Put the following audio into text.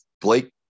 Blake